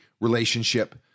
relationship